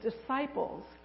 disciples